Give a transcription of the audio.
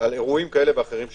על אירועים כאלה ואחרים שקרו.